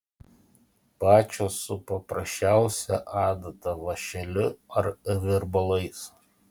pačios su paprasčiausia adata vąšeliu ar virbalais